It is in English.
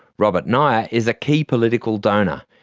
robert nioa is a key political donor.